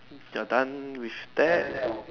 you are done with that